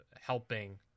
helping